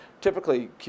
typically